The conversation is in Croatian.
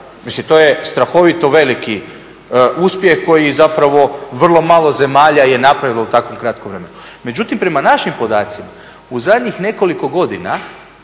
Mislim to je strahovito veliki uspjeh koji zapravo vrlo malo zemalja je napravilo u tako kratkom vremenu. Međutim, prema našim podacima u zadnjih nekoliko godina,